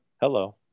Hello